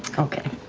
okay.